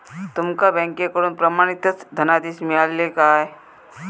तुमका बँकेकडून प्रमाणितच धनादेश मिळाल्ले काय?